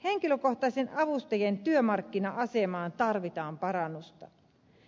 henkilökohtaisten avustajien työmarkkina asemaan tarvitaan parannusta